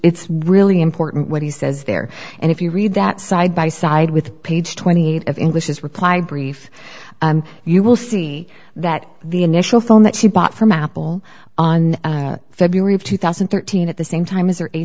it's really important what he says there and if you read that side by side with page twenty eight of english his reply brief you will see that the initial phone that she bought from apple on february of two thousand and thirteen at the same time as